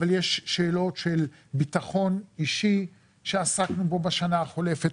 אבל יש שאלות של ביטחון אישי שעסקנו בשנה החולפת,